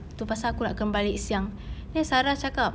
itu pasal aku kena balik siang then sarah cakap